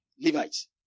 Levites